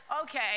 Okay